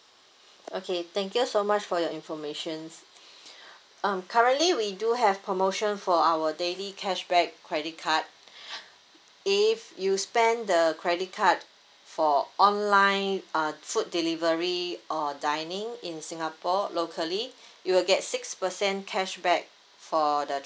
okay thank you so much for your informations um currently we do have promotion for our daily cashback credit card if you spend the credit card for online uh food delivery or dining in singapore locally you'll get six percent cashback for the